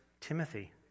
Timothy